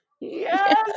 yes